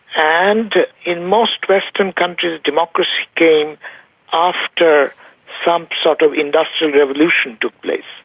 and in most western countries democracy came after some sort of industrial revolution took place,